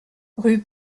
rue